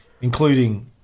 including